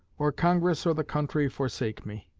or congress or the country forsake me.